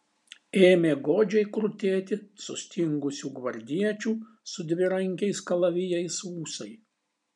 ėmė godžiai krutėti sustingusių gvardiečių su dvirankiais kalavijais ūsai